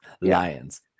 Lions